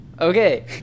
okay